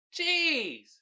Jeez